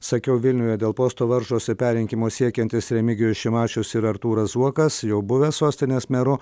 sakiau vilniuje dėl posto varžosi perrinkimo siekiantis remigijus šimašius ir artūras zuokas jau buvęs sostinės meru